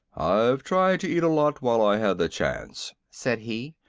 i've tried to eat a lot while i had the chance, said he,